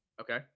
Okay